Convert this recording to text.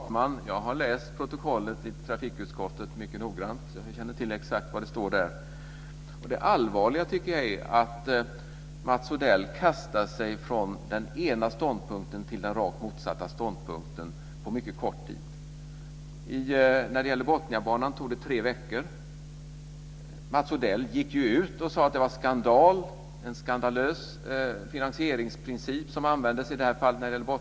Fru talman! Jag har läst protokollet i trafikutskottet mycket noggrant. Jag känner till exakt vad det står. Det allvarliga tycker jag är att Mats Odell kastar sig från den ena ståndpunkten till den rakt motsatta på mycket kort tid. När det gällde Botniabanan tog det tre veckor. Mats Odell gick ut och sade att det var en skandalös finansieringsprincip som användes.